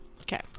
Okay